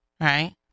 right